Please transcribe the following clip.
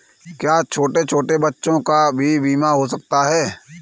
क्या छोटे छोटे बच्चों का भी बीमा हो सकता है?